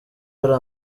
hari